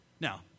Now